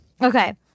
Okay